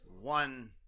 one